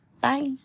Bye